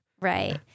Right